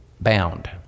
bound